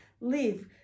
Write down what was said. live